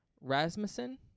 Rasmussen